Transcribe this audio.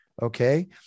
Okay